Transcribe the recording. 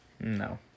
No